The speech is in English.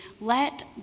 let